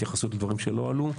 התייחסות לדברים שלא עלו,